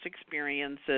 experiences